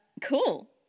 cool